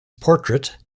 portrait